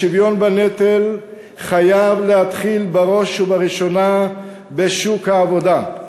השוויון בנטל חייב להתחיל בראש ובראשונה בשוק העבודה.